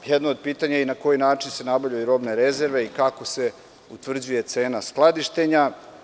Jedno od pitanja je i na koji način se nabavljaju robne rezerve i kako se utvrđuje cena skladištenja?